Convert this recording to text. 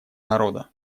народа